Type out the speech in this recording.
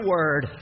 Word